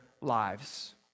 lives